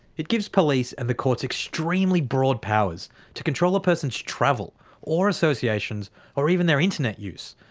it gives police and the courts extremely broad powers to control a person's travel or associations or even their internet use,